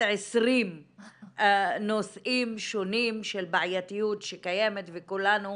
20 שונים של בעייתיות שקיימת וכולנו,